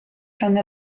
rhwng